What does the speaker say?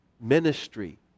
ministry